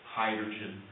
hydrogen